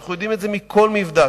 ואנחנו יודעים את זה מכל מבדק,